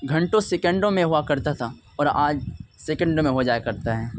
گھنٹوں سیکنڈوں میں ہوا کرتا تھا اور آج سیکنڈ میں ہو جایا کرتا ہے